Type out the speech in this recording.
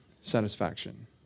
satisfaction